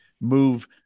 move